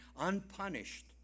unpunished